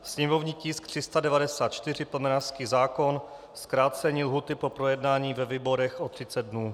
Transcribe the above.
Sněmovní tisk 394, plemenářský zákon, zkrácení lhůty pro projednání ve výborech o 30 dnů.